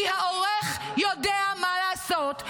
-- כי העורך יודע מה לעשות.